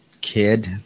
kid